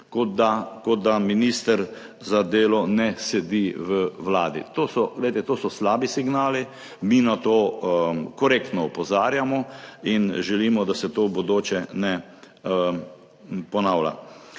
kot da minister za delo ne sedi v Vladi. To so, glejte, to so slabi signali, mi na to korektno opozarjamo in želimo, da se to v bodoče ne ponavlja.